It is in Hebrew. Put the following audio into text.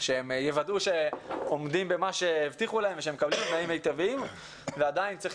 שיוודאו שעומדים במה שהבטיחו להם ושהם מקבלים תנאים מיטביים ועדיין צריכים